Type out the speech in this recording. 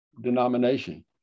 denomination